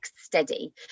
steady